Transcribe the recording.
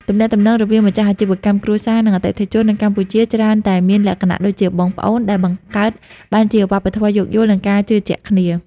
ទំនាក់ទំនងរវាងម្ចាស់អាជីវកម្មគ្រួសារ និងអតិថិជននៅកម្ពុជា ច្រើនតែមានលក្ខណៈដូចជាបងប្អូន ដែលបង្កើតបានជាវប្បធម៌យោគយល់ និងការជឿជាក់គ្នា។